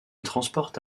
transporte